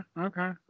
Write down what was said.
okay